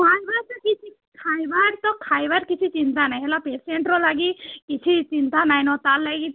first କଥା ତ କିଛି ଖାଏବାର୍ ତ ଖାଏବାର୍ କିଛି ଚିନ୍ତା ନାଇଁ ହେଲା ପେସେଣ୍ଟ୍ ର ଲାଗି କିଛି ଚିନ୍ତା ନାଇଁନ ତା'ର୍ ଲାଗି